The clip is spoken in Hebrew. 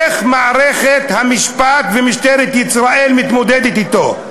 איך מערכת המשפט ומשטרת ישראל מתמודדות אתו?